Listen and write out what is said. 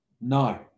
No